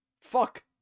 Fuck